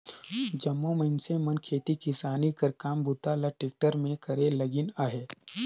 जम्मो मइनसे मन खेती किसानी कर काम बूता ल टेक्टर मे करे लगिन अहे